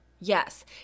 Yes